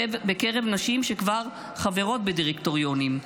בקרב נשים שכבר חברות בדירקטוריונים.